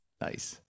Nice